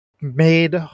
made